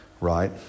right